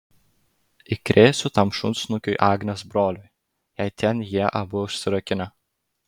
įkrėsiu tam šunsnukiui agnės broliui jei ten jie abu užsirakinę